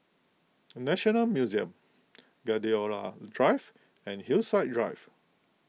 National Museum Gladiola Drive and Hillside Drive